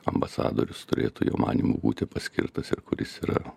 ambasadorius turėtų jo manymu būti paskirtas ir kuris yra